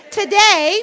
today